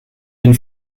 den